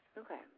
Okay